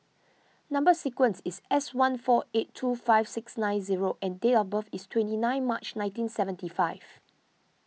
Number Sequence is S one four eight two five six nine zero and date of birth is twenty nine March nineteen seventy five